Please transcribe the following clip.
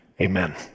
Amen